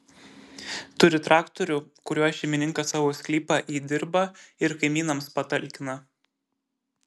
turi traktorių kuriuo šeimininkas savo sklypą įdirba ir kaimynams patalkina